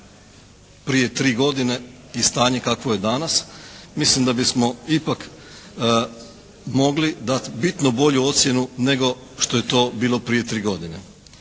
prije tri godine i stanje kakvo je danas, mislim da bismo ipak mogli dati bitno bolju ocjenu nego što je to bilo prije tri godine.